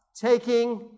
taking